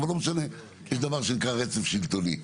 אבל לא משנה, יש דבר שנקרא רצף שלטוני.